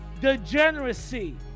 degeneracy